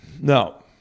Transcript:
No